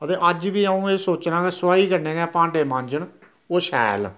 ते अज्ज बी अऊं एह् सोचना के सोआह् कन्नै गै भांडे मांजन ओह् शैल ऐ